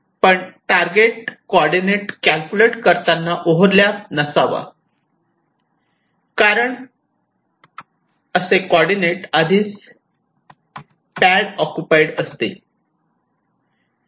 पण target coordinate calculate करताना overlap नसावा कारण असे कॉर्डीनेट आधीच पॅड एक्युपाईड असतील